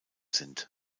sind